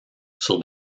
sur